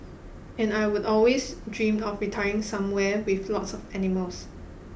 and I would always dreamed of retiring somewhere with lots of animals